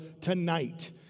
tonight